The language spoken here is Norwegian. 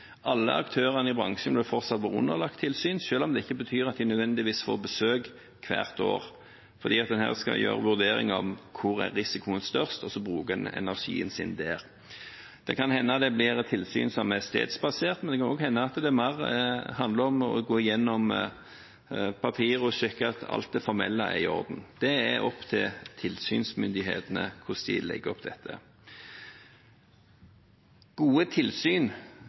om det ikke betyr at de nødvendigvis får besøk hvert år, fordi en her skal gjøre vurderinger av hvor er risikoen størst, og så bruker en energien sin der. Det kan hende det blir tilsyn som blir stedsbasert, men det kan også hende at det mer handler om å gå gjennom papirer og sjekke at alt det formelle er i orden. Det er opp til tilsynsmyndighetene hvordan de vil legge opp dette. Gode tilsyn